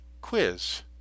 quiz